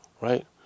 Right